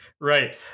Right